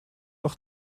auch